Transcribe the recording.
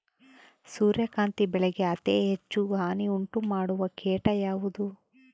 ಸೂರ್ಯಕಾಂತಿ ಬೆಳೆಗೆ ಅತೇ ಹೆಚ್ಚು ಹಾನಿ ಉಂಟು ಮಾಡುವ ಕೇಟ ಯಾವುದು?